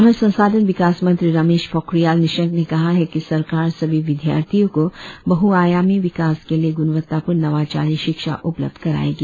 मानव संसाधन विकास मंत्री रमेश पोखरियाल निशंक ने कहा है कि सरकार सभी विद्यार्थियों को बहुआयामी विकास के लिए गुणवत्तापूर्ण नवाचारी शिक्षा उपलब्ध करायेगी